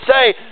say